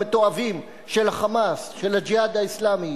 חבר הכנסת אריאל,